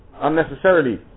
unnecessarily